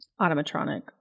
automatronic